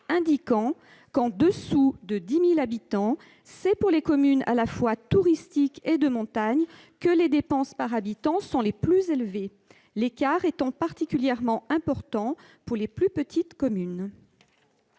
indiquant que, « en dessous de 10 000 habitants, c'est pour les communes à la fois touristiques et de montagne que les dépenses par habitant sont les plus élevées, l'écart étant particulièrement important pour les plus petites communes.